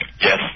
Yes